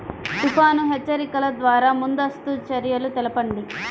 తుఫాను హెచ్చరికల ద్వార ముందస్తు చర్యలు తెలపండి?